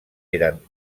eren